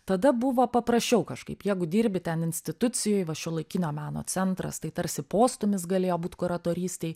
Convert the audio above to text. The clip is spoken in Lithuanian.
tada buvo paprasčiau kažkaip jeigu dirbi ten institucijoj va šiuolaikinio meno centras tai tarsi postūmis galėjo būt kuratorystei